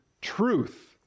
truth